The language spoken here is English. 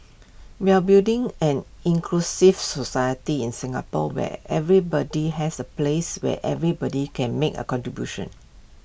we are building an inclusive society in Singapore where everybody has A place where everybody can make A contribution